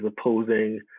opposing